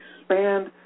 expand